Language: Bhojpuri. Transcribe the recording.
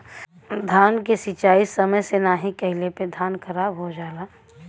धान के सिंचाई समय से नाहीं कइले पे धान खराब हो जाला